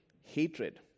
hatred